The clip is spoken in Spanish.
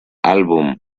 álbum